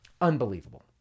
Unbelievable